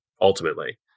ultimately